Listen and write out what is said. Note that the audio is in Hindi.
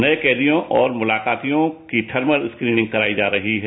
नए कैदियों और मुलाकातों की धर्मत स्क्रीनिंग कराई जा रही है